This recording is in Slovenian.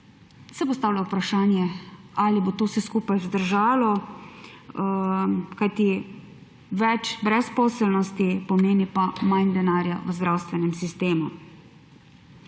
se postavlja vprašanje, ali bo to vse skupaj zdržalo, kajti več brezposelnosti pomeni manj denarja v zdravstvenem sistemu.